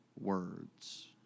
words